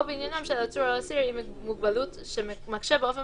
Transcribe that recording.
או בעניינם של עצור או אסיר עם מוגבלות שמקשה באופן